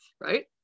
Right